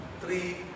three